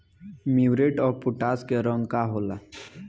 Muriate of potash के रंग का होला?